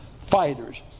fighters